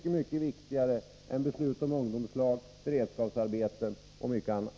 De är mycket viktigare än besluten om ungdomslag, beredskapsarbeten och mycket annat.